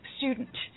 student